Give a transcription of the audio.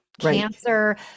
cancer